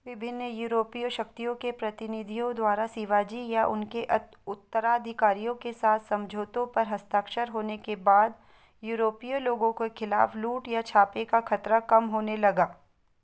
विभिन्न यूरोपीय शक्तियों के प्रतिनिधियों द्वारा शिवाजी या उनके उत्तराधिकारियों के साथ समझौतों पर हस्ताक्षर होने के बाद यूरोपीय लोगों के ख़िलाफ़ लूट या छापे का खतरा कम होने लगा